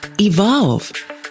evolve